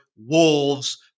wolves